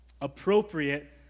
appropriate